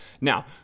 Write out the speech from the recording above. now